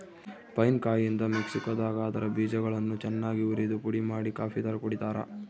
pine ಕಾಯಿಯಿಂದ ಮೆಕ್ಸಿಕೋದಾಗ ಅದರ ಬೀಜಗಳನ್ನು ಚನ್ನಾಗಿ ಉರಿದುಪುಡಿಮಾಡಿ ಕಾಫಿತರ ಕುಡಿತಾರ